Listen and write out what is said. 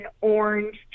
orange